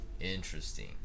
Interesting